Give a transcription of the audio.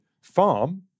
farm